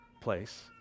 place